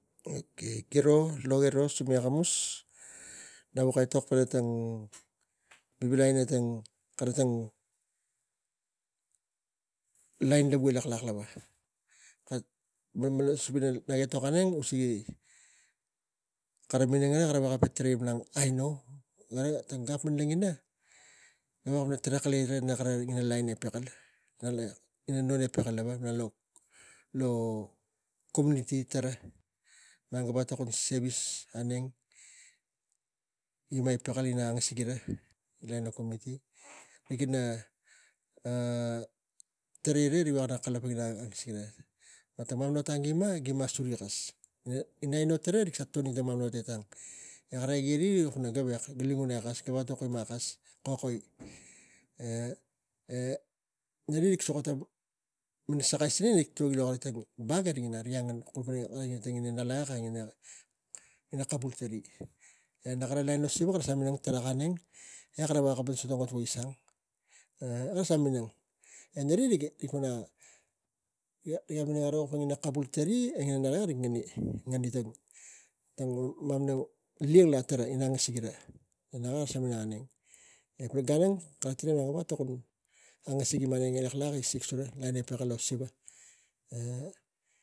Okay giro e loge ro akamus nak vuk etok pana tang vivilai ina tang kara tang lain lavu e laklak lava kak malmalasup ina meg etok auneng gi kara minang gara kara tarai malang gara tan pal gan gara ina nak veko klia i ina kara lain e pikal ngalakek riga gavek lo o community tara gi veko tokon sevis aneng ima pakal ina ima ira rik i na tarai ra ri veko kalapang tara malang tara e wo matana ot auneng gima suri kos ina aino ira rik sa tarai lakos tana mamana ot engang e kara igei ri e rik kus pana gavek ga li ngunai kes ga veko tuk ima kes kokoi e nari rik suak mana sakai siling vili lo kari tang vap riga inium e rik ina ngalakek ina kapul tari e kara lain lo siva minang tarag auneng e kara veko kalapang pana kisang sa minang e nari rik ga minang aro ina kapul tari e ina nak kara kara ngeni tang tang mamana lakek tara ina e nakara sai minang auneng. E matan gan ang ga tokon angasik ima ekeng e kak sevis gura lo siva e.